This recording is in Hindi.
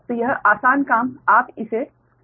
तो यह आसान काम आप इसे कर सकते हैं